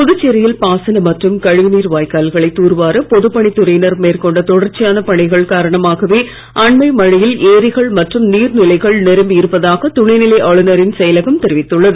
புதுச்சேரியில் பாசன மற்றும் கழிவு நீர் வாய்க்கால்களை தூர்வார பொதுப்பணித்துறையினர் மேற்கொண்ட தொடர்ச்சியான பணிகள் காரணமாகவே அண்மை மழையில் ஏரிகள் மற்றும் நீர்நிலைகள் நிரம்பி இருப்பதாக துணைநிலை ஆளுநரின் செயலகம் தெரிவித்துள்ளது